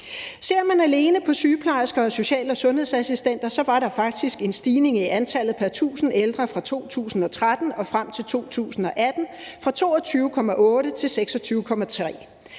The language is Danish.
»Ser man alene på sygeplejersker og social- og sundhedsassistenter, så var der faktisk en stigning i antallet pr. 1.000 ældre fra 2013 frem til 2018 fra 22,8 til 26,3.